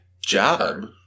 Job